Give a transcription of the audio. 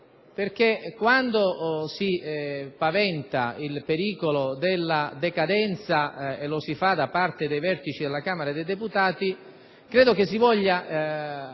perché quando si paventa il pericolo della decadenza - e lo si fa da parte dei vertici della Camera dei deputati - credo che in sostanza